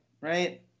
right